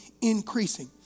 increasing